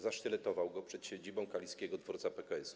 Zasztyletował go przed siedzibą kaliskiego dworca PKS.